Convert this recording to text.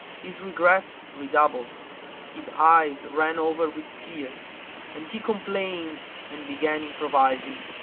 his regrets redoubled his eyes ran over with tears and he complained and began improvising,